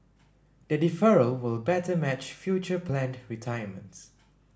the deferral will better match future planned retirements